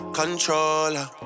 controller